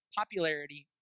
popularity